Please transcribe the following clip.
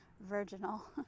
Virginal